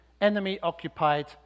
enemy-occupied